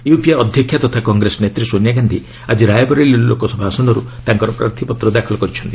UPA ଅଧ୍ୟକ୍ଷା ତଥା କଂଗ୍ରେସ ନେତ୍ରୀ ସୋନିଆ ଗାନ୍ଧି ଆଜି ରାୟବରେଲି ଲୋକସଭା ଆସନରୁ ତାଙ୍କର ପ୍ରାର୍ଥୀପତ୍ର ଦାଖଲ କରିଛନ୍ତି